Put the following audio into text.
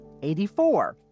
84